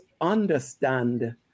understand